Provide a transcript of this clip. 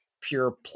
pure